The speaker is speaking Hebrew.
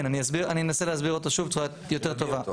כן, אני אנסה להסביר אותו שוב בצורה יותר טובה.